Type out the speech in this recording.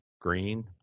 green